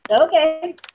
Okay